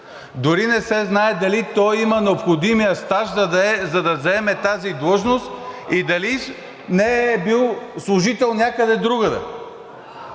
Дори не се знае дали той има необходимия стаж, за да заеме тази длъжност, дали не е бил служител някъде другаде?!